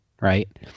right